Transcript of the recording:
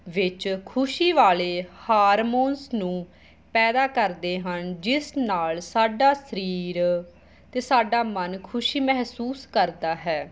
ਵਿੱਚ ਖੁਸ਼ੀ ਵਾਲੇ ਹਾਰਮੋਨਸ ਨੂੰ ਪੈਦਾ ਕਰਦੇ ਹਨ ਜਿਸ ਨਾਲ ਸਾਡਾ ਸਰੀਰ ਅਤੇ ਸਾਡਾ ਮਨ ਖੁਸ਼ੀ ਮਹਿਸੂਸ ਕਰਦਾ ਹੈ